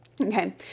Okay